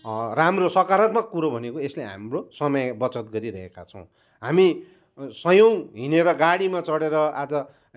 राम्रो सकारात्मक कुरो भनेको यसले हाम्रो समय बचत गरिरहेका छौँ हामी सयौँ हिँडेर गाडीमा चढेर आज